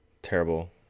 Terrible